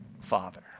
father